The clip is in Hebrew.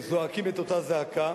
זועקים את אותה זעקה.